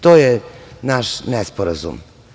To je naš nesporazum.